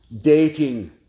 dating